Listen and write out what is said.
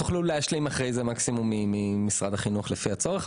תוכלו להשלים אחרי זה ממשרד החינוך, לפי הצורך.